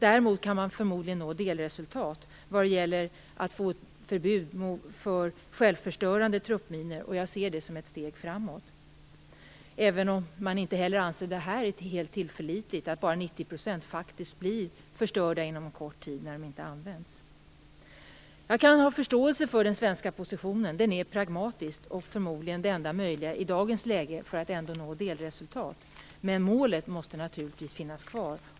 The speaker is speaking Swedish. Däremot kan man förmodligen nå delresultat vad det gäller att få förbud mot självförstörande truppminor. Jag ser det som ett steg framåt, även om man inte heller anser att detta är helt tillförlitligt. Bara 90 % blir faktiskt förstörda inom kort tid när de inte används. Jag kan ha förståelse för den svenska positionen. Den är pragmatisk och förmodligen det enda möjliga i dagens läge för att vi ändå skall kunna nå delresultat. Men målet - ett totalförbud - måste naturligtvis finnas kvar.